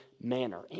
manner